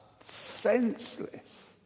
senseless